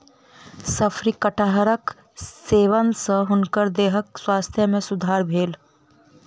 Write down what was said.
शफरी कटहरक सेवन सॅ हुनकर देहक स्वास्थ्य में सुधार भेल